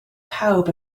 pawb